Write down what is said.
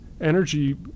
energy